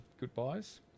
goodbyes